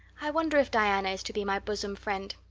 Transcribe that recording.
i wonder if diana is to be my bosom friend.